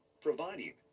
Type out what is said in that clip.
providing